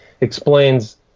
explains